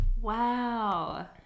Wow